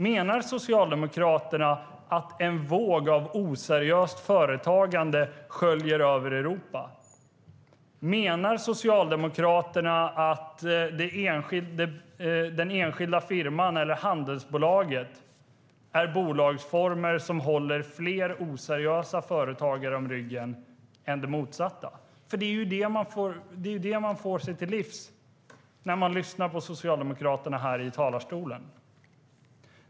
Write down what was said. Menar Socialdemokraterna att en våg av oseriöst företagande sköljer över Europa? Menar Socialdemokraterna att den enskilda firman eller handelsbolaget är bolagsformer som håller fler oseriösa företagare om ryggen än det motsatta? Det är ju det man får sig till livs när man lyssnar på Socialdemokraterna här i talarstolen.